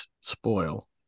spoil